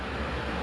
true